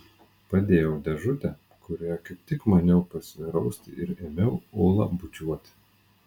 padėjau dėžutę kurioje kaip tik maniau pasirausti ir ėmiau ulą bučiuoti